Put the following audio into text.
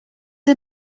are